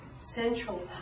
central